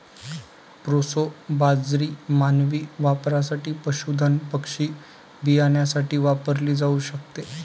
proso बाजरी मानवी वापरासाठी, पशुधन पक्षी बियाण्यासाठी वापरली जाऊ शकते